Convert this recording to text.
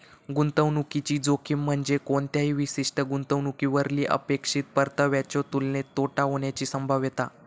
गुंतवणुकीची जोखीम म्हणजे कोणत्याही विशिष्ट गुंतवणुकीवरली अपेक्षित परताव्याच्यो तुलनेत तोटा होण्याची संभाव्यता